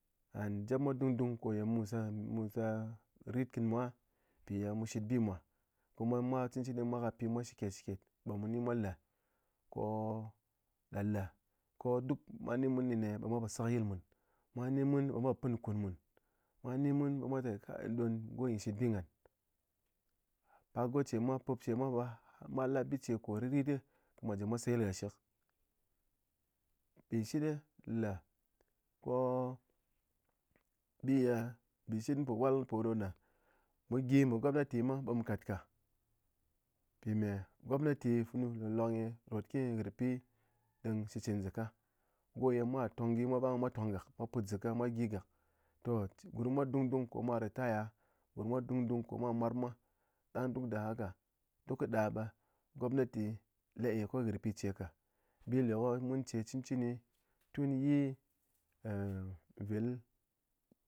And jep mwa dungdung ƙò ye mu se rit kɨ mwa npi ye mu shit bi mwà ko mwa mwa kɨ pi mwa shikét shikét be mu ni mwa le ko ɗe le ko duk mwa ni mun nɨne ɓe mwa pò sekɨ yil mun mwa ni mun be mwa po pɨn kún mùn mwa ni mun be mwa té kai don go nyɨ shit bi ngán a goce mwa pup ce mwa be mwa la bice ko rit ritɗe mwa jɨ mwa seyil gah shɨk mbɨshit le ko bi ye mbɨshit mun po wal po ɗo ne mu gi me gobnati mwa be mu kàt ká mpi me gobnati funu lolok nyi ròt kɨni ghɨr pi din shitcɨn zaka go ye mwa tong gyi mwa bang tong gak mwa put zaka mwa gi gak toh gurm mwa dungdung ƙò mwa retire gurm mwa dungdung ƙò mwa mwarap mwa ɗang duk da haka duk kɨ da ɓe gobnati la é ko ghɨr ce ka bi le ko mun ce cɨn cɨni tun yi eh vel